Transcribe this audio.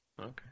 Okay